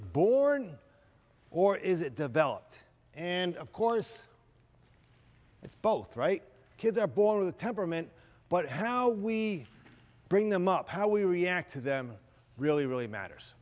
born or is it developed and of course it's both right kids are born with the temperament but how we bring them up how we react to them really really matters